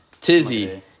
tizzy